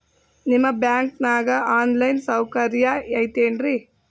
ನಿಮ್ಮ ಬ್ಯಾಂಕನಾಗ online ಸೌಕರ್ಯ ಐತೇನ್ರಿ?